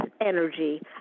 energy